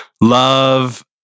love